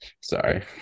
Sorry